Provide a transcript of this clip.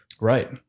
Right